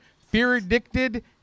fear-addicted